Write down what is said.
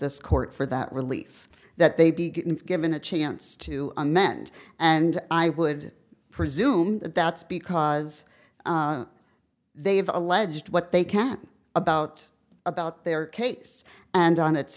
this court for that relief that they be given a chance to amend and i would presume that's because they have alleged what they can about about their case and on its